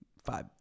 Five